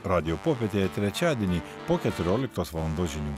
radijo popietėje trečiadienį po keturioliktos valandos žinių